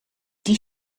die